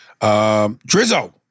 Drizzo